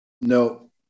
No